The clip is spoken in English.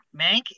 Mank